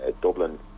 Dublin